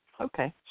okay